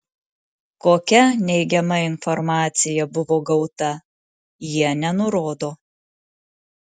kokia neigiama informacija buvo gauta jie nenurodo